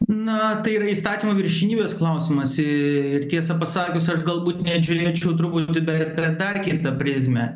na tai yra įstatymo viršenybės klausimas ir tiesą pasakius aš galbūt net žiūrėčiau truputį dar ir per dar kitą prizmę